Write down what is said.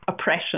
Oppression